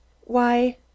Why